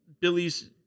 Billy's